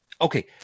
Okay